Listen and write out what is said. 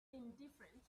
indifferent